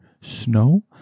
snow